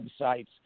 websites